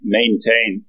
maintain